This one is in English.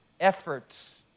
efforts